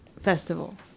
Festival